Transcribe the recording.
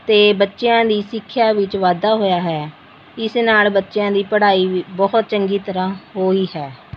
ਅਤੇ ਬੱਚਿਆਂ ਦੀ ਸਿੱਖਿਆ ਵਿੱਚ ਵਾਧਾ ਹੋਇਆ ਹੈ ਇਸ ਨਾਲ ਬੱਚਿਆਂ ਦੀ ਪੜ੍ਹਾਈ ਵੀ ਬਹੁਤ ਚੰਗੀ ਤਰ੍ਹਾਂ ਹੋਈ ਹੈ